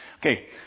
Okay